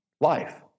life